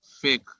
fake